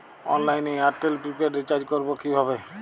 অনলাইনে এয়ারটেলে prepaid recharge করবো কিভাবে?